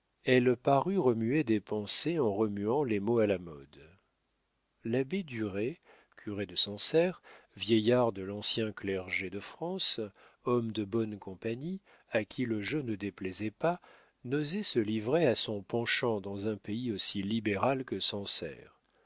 elle parut remuer des pensées en remuant les mots à la mode l'abbé duret curé de sancerre vieillard de l'ancien clergé de france homme de bonne compagnie à qui le jeu ne déplaisait pas n'osait se livrer à son penchant dans un pays aussi libéral que